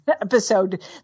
episode